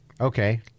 Okay